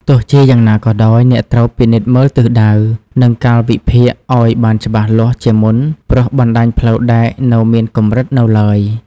ទោះជាយ៉ាងណាក៏ដោយ អ្នកត្រូវ ពិនិត្យមើលទិសដៅ និងកាលវិភាគ ឲ្យបានច្បាស់លាស់ជាមុន ព្រោះបណ្ដាញផ្លូវដែកនៅមានកម្រិតនៅឡើយ។